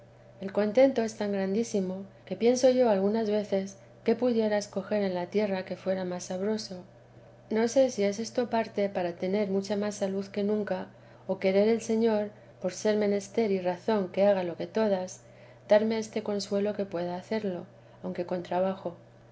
el contento es tan grandísimo que pienso yo algunas veces qué pudiera escoger en la tierra que fuera más sabroso no sé si es esto parte para tener mucha más salud que nunca o querer el señor por ser menester y razón que haga lo que todas darme este consuelo que pueda hacerlo aunque con trabajo